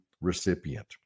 recipient